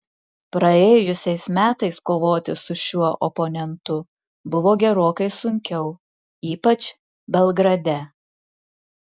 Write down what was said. praėjusiais metais kovoti su šiuo oponentu buvo gerokai sunkiau ypač belgrade